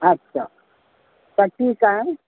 अछा त ठीकु आहे